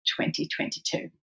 2022